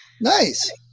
Nice